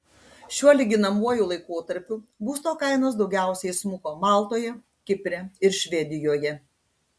šiuo lyginamuoju laikotarpiu būsto kainos daugiausiai smuko maltoje kipre ir švedijoje